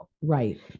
Right